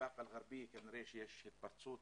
בבקעה אל-גרביה כנראה שיש התפרצות